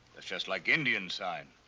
that's just like indian sign.